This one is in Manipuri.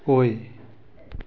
ꯑꯣꯏ